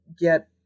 get